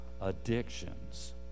addictions